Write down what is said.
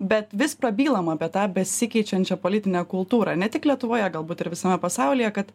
bet vis prabylama apie tą besikeičiančią politinę kultūrą ne tik lietuvoje galbūt ir visame pasaulyje kad